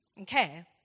okay